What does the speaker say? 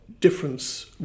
difference